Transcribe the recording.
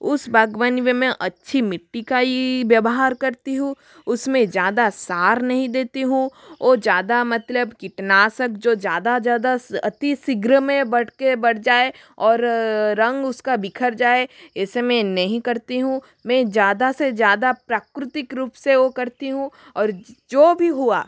उस बागवानी में मैं अच्छी मिट्टी का ही व्यवहार करती हूँ उसमें ज़्यादा सार नहीं देती हूँ और ज़्यादा मतलब कीटनाशक जो ज़्यादा ज़्यादा अतिशीघ्र में बढ़ के बढ़ जाए और रंग उसका बिखर जाए ऐसे मैं नहीं करती हूँ मैं ज़्यादा से ज़्यादा प्राकृतिक रूप से वो करती हूँ और जो भी हुआ